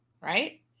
right